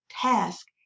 task